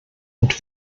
und